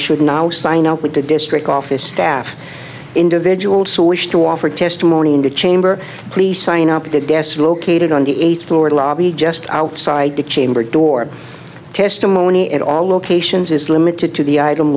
should now sign up with the district office staff individuals who wish to offer testimony in the chamber please sign up at the desk located on the eighth floor lobby just outside the chamber door testimony at all locations is limited to the item